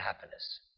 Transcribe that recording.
happiness